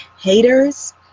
Haters